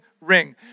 ring